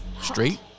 straight